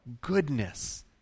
goodness